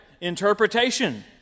interpretation